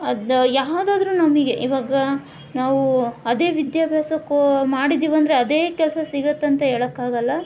ಅದು ಯಾವ್ದಾದ್ರೂ ನಮಗೆ ಇವಾಗ ನಾವು ಅದೇ ವಿದ್ಯಾಭ್ಯಾಸ ಕೋ ಮಾಡಿದ್ದೀವಿ ಅಂದರೆ ಅದೇ ಕೆಲಸ ಸಿಗತ್ತೆ ಅಂತ ಹೇಳಕಾಗಲ್ಲ